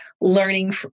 learning